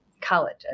college